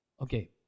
okay